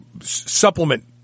supplement